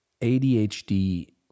ADHD